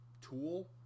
tool